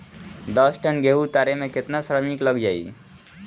दस टन गेहूं उतारे में केतना श्रमिक लग जाई?